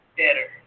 better